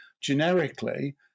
generically